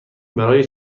برای